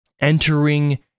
entering